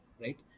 right